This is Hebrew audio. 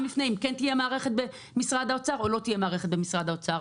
לפני אם כן תהיה מערכת במשרד האוצר או לא תהיה מערכת במשרד האוצר.